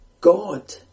God